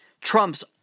trumps